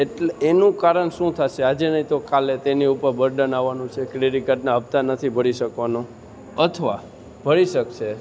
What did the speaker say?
એટલે એનું કારણ શું થશે આજે નહીં તો કાલે તેની ઉપર બર્ડન આવવાનું છે ક્રેડિટ કાર્ડના હપ્તા નથી ભરી શકવાનો અથવા ભરી શકશે